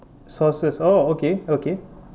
sources oh okay okay